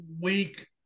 week